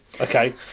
okay